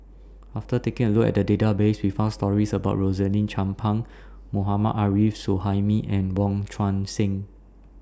after taking A Look At The Database We found stories about Rosaline Chan Pang Mohammad Arif Suhaimi and Wong Tuang Seng